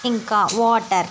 ఇంకా వాటర్